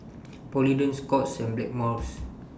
Polident Scott's and Blackmores